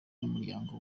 n’umuryango